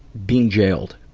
being jailed.